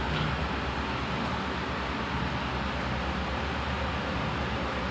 like I think the like pulau semakau like the like the island they put the trash all like